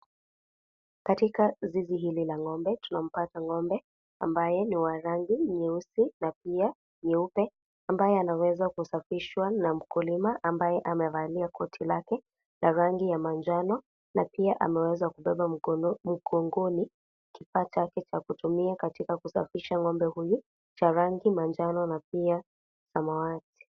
Katika zizi hili la ng'ombe tunampata ng'ombe ambaye ni wa rangi nyeusi na pia nyeupe ambaye anaweza kusafishwa na mkulima ambaye amevalia koti lake la rangi ya manjano na pia ameweza kubeba mgongoni kifaa chake cha kutumia katika kusafisha ng'ombe huyu cha rangi manjano na pia samawati.